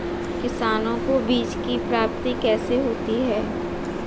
किसानों को बीज की प्राप्ति कैसे होती है?